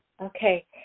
Okay